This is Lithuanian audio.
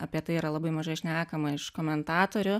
apie tai yra labai mažai šnekama iš komentatorių